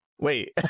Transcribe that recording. Wait